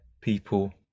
people